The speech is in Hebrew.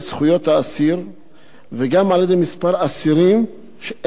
וגם על-ידי כמה אסירים שאין להם קשר האחד לשני,